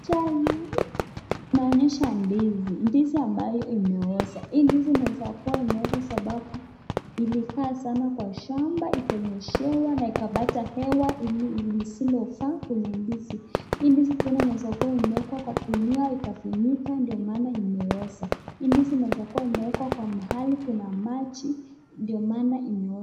Picha hii inaonyesha ndizi ambayo inakaa kuwa imeoza hii ndizi itakuwa imeoza kwa sababu ilikaa sana kwa shamba na ikapata hewa lisilovaa kwa ndizi, hii ndizi Inaeza kuwa imewekwa kwa gunia ikafinyika ndo maana imeoza ,hii ndizi Inaeza kuwa imewekwa kwa mahali kuna maji ndo maana imeoza.